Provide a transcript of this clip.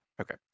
Okay